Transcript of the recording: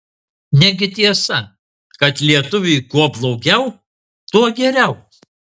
negi tiesa kad lietuviui kuo blogiau tuo geriau